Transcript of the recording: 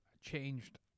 changed